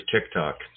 TikTok